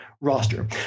roster